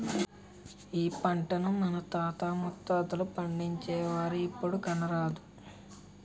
ఈ పంటను మన తాత ముత్తాతలు పండించేవారు, ఇప్పుడు కానరాదు